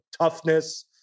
toughness